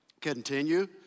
continue